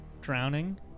drowning